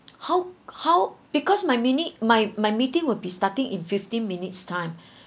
how how because my minute my my meeting will be starting in fifteen minutes time